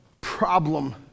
problem